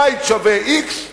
הבית שווה x,